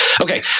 Okay